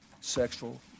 sexual